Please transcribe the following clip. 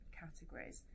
categories